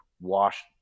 wash